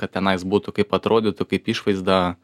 kad tenais būtų kaip atrodytų kaip išvaizda